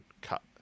cut